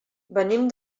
venim